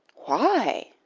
why?